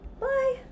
Bye